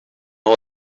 hour